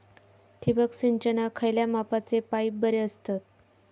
ठिबक सिंचनाक खयल्या मापाचे पाईप बरे असतत?